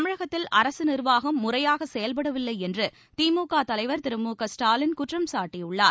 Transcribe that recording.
தமிழகத்தில் அரசு நிர்வாகம் முறையாக செயல்படவில்லை என்று திமுக தலைவர் திரு மு க ஸ்டாலின் குற்றம் சாட்டியுள்ளார்